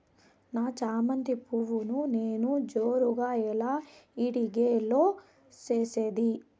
నా చామంతి పువ్వును నేను జోరుగా ఎలా ఇడిగే లో చేసేది?